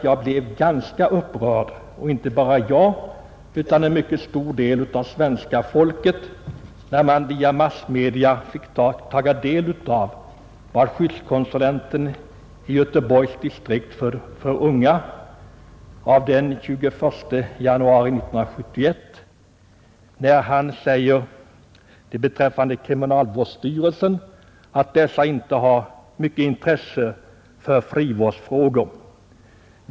Jag blev ganska upprörd — och inte bara jag utan en mycket stor del av svenska folket — när man via massmedia fick ta del av vad skyddskonsulenten Svegland i Göteborg skrev i en rapport av den 21 januari 1971. Han säger där att kriminalvårdsstyrelsen inte har mycket intresse för frivårdsfrågor.